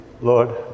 Lord